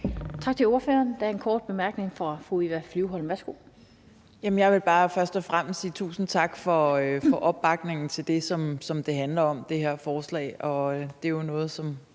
Tak til ordføreren. Der er en kort bemærkning fra fru Eva Flyvholm. Værsgo. Kl. 18:11 Eva Flyvholm (EL): Jeg vil bare først og fremmest sige tusind tak for opbakningen til det, som det her forslag handler om, og det er jo noget, som